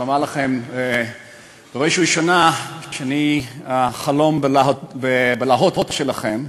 ואומר לכם בראש ובראשונה שאני חלום הבלהות שלכם,